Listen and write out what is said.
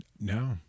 No